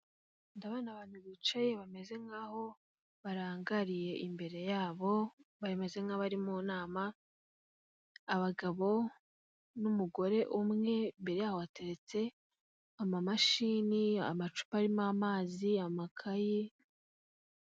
Ndabona abantu bicaye bameze nkahoho barangariye imbere yabo, bameze nk'abari mu nama abagabo n'umugore umwe imbere yabo hateretse amamashini n'amacupa arimo amazi n'amakayi.